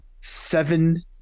seven